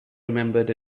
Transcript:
remembered